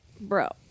bro